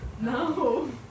No